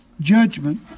Judgment